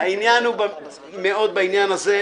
העניין הוא מאוד פשוט.